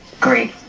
Great